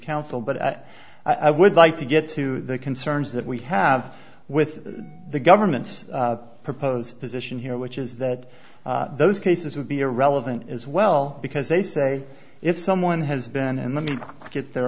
counsel but at i would like to get to the concerns that we have with the government's proposed position here which is that those cases would be irrelevant as well because they say if someone has been and let me get their